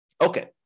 Okay